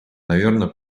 неверно